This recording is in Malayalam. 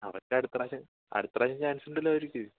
അവരുടെ അടുത്ത പ്രാവിശ്യം അടുത്ത പ്രാവിശ്യം ചാൻസുണ്ടല്ലോ അവർക്ക്